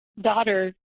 daughter